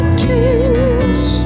tears